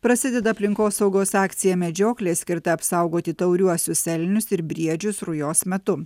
prasideda aplinkosaugos akcija medžioklė skirta apsaugoti tauriuosius elnius ir briedžius rujos metu